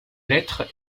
lettres